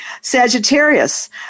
Sagittarius